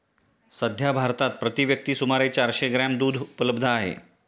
सध्या भारतात प्रति व्यक्ती सुमारे चारशे ग्रॅम दूध उपलब्ध आहे